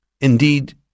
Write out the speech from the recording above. indeed